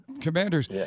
commanders